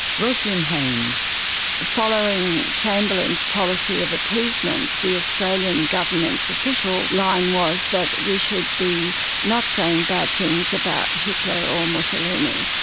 roslynn haynes following chamberlain's policy of appeasement, the australian government's official line was that we should be not saying bad things about hitler or mussolini,